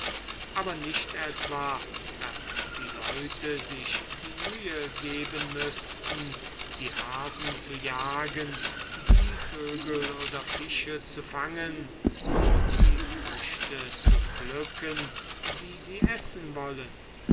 aber nicht etwa daß die leute sich die mühe geben müßten die hasen zu jagen die vögel oder fische zu fangen und die früchte zu pflücken die sie essen wollen